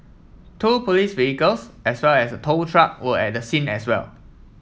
two police vehicles as well as tow truck were at the scene as well